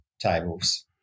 tables